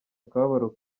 akababaro